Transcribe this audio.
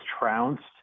trounced